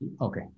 Okay